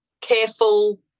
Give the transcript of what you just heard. careful